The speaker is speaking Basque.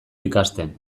ikasten